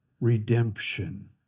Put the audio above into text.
redemption